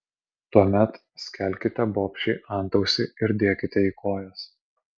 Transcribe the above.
tuomet skelkite bobšei antausį ir dėkite į kojas